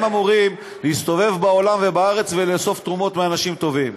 הם אמורים להסתובב בעולם ובארץ ולהוסיף תרומות מאנשים טובים.